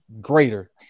greater